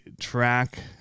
track